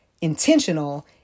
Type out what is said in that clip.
intentional